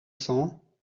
cents